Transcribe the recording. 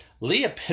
Leah